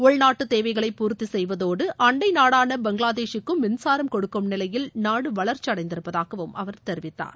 உள்நாட்டு தேவைகளை பூர்த்தி செய்வதோடு அண்டை நாடான பங்களாதேஷக்கும் மின்சாரம் கொடுக்கும் நிலையில் நாடு வளர்ச்சி அடைந்திருப்பதாகவும் அவர் தெரிவித்தார்